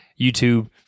YouTube